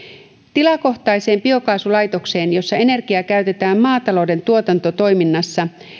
tilakohtaiseen biokaasulaitokseen jossa energiaa käytetään maatalouden tuotantotoiminnassa